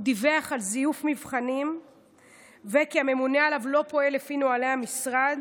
הוא דיווח על זיוף מבחנים ועל כך שהממונה עליו לא פועל לפי נוהלי המשרד.